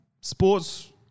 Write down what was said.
Sports